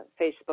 Facebook